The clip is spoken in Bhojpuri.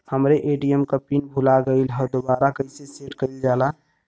हमरे ए.टी.एम क पिन भूला गईलह दुबारा कईसे सेट कइलजाला?